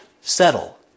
settle